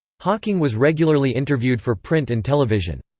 hawking was regularly interviewed for print and television.